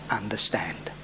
understand